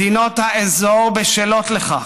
מדינות האזור בשלות לכך.